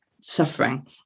suffering